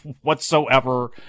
whatsoever